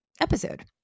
episode